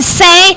say